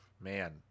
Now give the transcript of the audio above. man